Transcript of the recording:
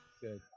Good